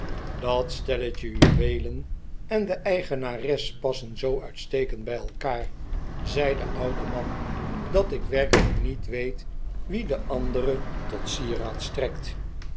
dat stelletje juweelen en de eigenares passen zoo uitstekend bij elkaar zei de oude man dat ik werkelijk niet weet wie de andere tot sieraad strekt